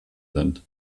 sind